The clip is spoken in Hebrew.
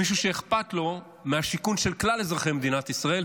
מישהו שאכפת לו מהשיכון של כלל אזרחי מדינת ישראל,